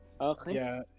Okay